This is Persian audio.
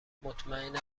مطمئنم